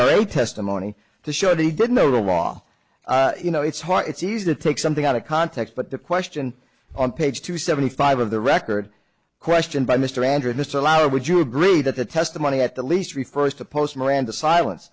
speciate testimony to show that he didn't know real law you know it's hard it's easy to take something out of context but the question on page two seventy five of the record questioned by mr andrew disallowed would you agree that the testimony at the least refers to post miranda silence